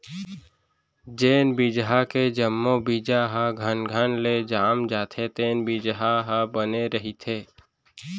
जेन बिजहा के जम्मो बीजा ह घनघन ले जाम जाथे तेन बिजहा ह बने रहिथे